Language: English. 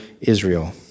Israel